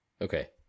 Okay